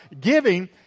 giving